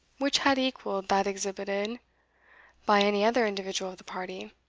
which had equalled that exhibited by any other individual of the party,